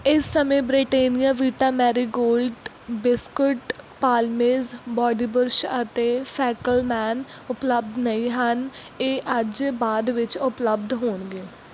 ਇਸ ਸਮੇਂ Britannia Vita Marie Gold biscuit Palmer's body brush ਅਤੇ ਫੈਕਲਮੈਨ ਉਪਲੱਬਧ ਨਹੀਂ ਹਨ ਇਹ ਅੱਜ ਬਾਅਦ ਵਿੱਚ ਉਪਲੱਬਧ ਹੋਣਗੇ